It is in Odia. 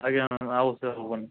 ଆଜ୍ଞା ମ୍ୟାମ୍ ଆଉ ଅସୁବିଧା ହେବନି